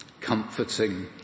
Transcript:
comforting